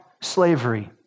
slavery